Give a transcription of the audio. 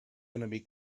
enemy